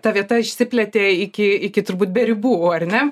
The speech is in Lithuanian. ta vieta išsiplėtė iki iki turbūt be ribų ar ne